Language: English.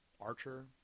Archer